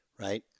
right